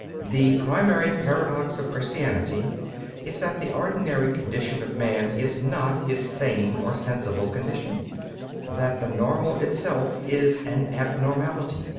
the primary paradox of christianity is that the ordinary condition of man is not his sane or sensible condition that the normal itself is an abnormality.